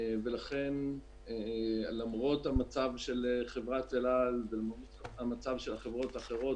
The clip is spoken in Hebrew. ולכן למרות המצב של חברת אל על ולמרות המצב של החברות האחרות,